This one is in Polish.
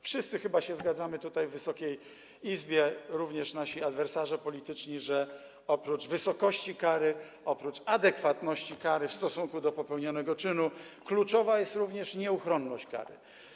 Wszyscy chyba się zgadzamy tutaj, w Wysokiej Izbie, również nasi adwersarze polityczni, że oprócz wysokości kary, oprócz adekwatności kary do popełnionego czynu kluczowa jest nieuchronność kary.